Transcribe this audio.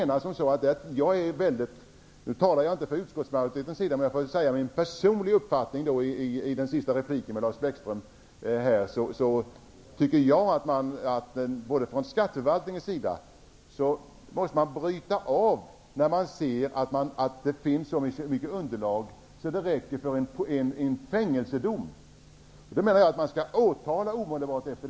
Nu talar jag inte för utskottsmajoriteten, men min personliga uppfattning i min sista replik till Lars Bäckström är att skatteförvaltningen måste avbryta sitt utredande när den finner att den har tillräckligt underlag för en fängelsedom. Då skall man omedelbart åtala.